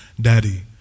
daddy